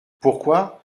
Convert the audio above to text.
pourquoi